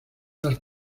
las